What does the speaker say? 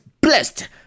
blessed